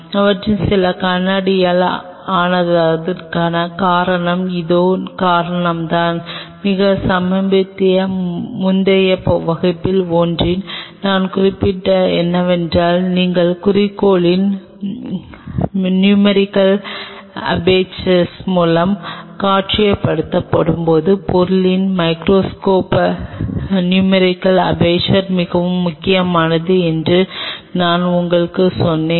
இவற்றில் சில கண்ணாடியால் ஆனதற்கான காரணம் அதே காரணம்தான் மிக சமீபத்திய முந்தைய வகுப்புகளில் ஒன்றில் நான் குறிப்பிட்டது என்னவென்றால் நீங்கள் குறிக்கோளின் நுமெரிக்கல் அபேர்சர் மூலம் காட்சிப்படுத்தும்போது பொருளின் மைகிரோஸ்கோப் நுமெரிக்கல் அபேர்சர் மிகவும் முக்கியமானது என்று நான் உங்களுக்குச் சொன்னேன்